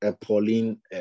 Pauline